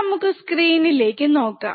നമുക്ക് സ്ക്രീനിലേക്ക് നോക്കാം